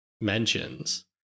mentions